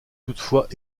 toutefois